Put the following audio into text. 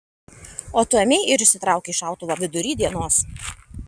o tu ėmei ir išsitraukei šautuvą vidury dienos